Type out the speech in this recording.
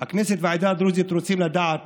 הכנסת והעדה הדרוזית רוצים לדעת